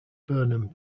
burnham